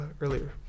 earlier